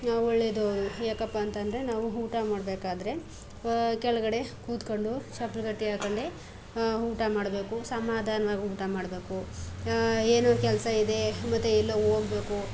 ಒಳ್ಳೆಯದು ಯಾಕಪ್ಪ ಅಂತ ಅಂದ್ರೆ ನಾವು ಊಟ ಮಾಡಬೇಕಾದ್ರೆ ಕೆಳಗಡೆ ಕೂತ್ಕೊಂಡು ಚಪ್ಲ್ಗಟ್ಟಿ ಹಾಕೊಂಡೆ ಊಟ ಮಾಡಬೇಕು ಸಮಾಧಾನ್ವಾಗಿ ಊಟ ಮಾಡಬೇಕು ಏನೋ ಕೆಲಸ ಇದೆ ಮತ್ತು ಎಲ್ಲೋ ಹೋಗಬೇಕು